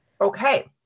Okay